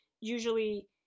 usually